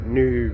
new